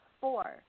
Four